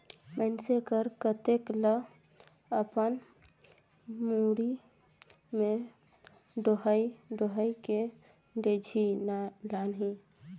मइनसे हर कतेक ल अपन मुड़ी में डोएह डोएह के लेजही लानही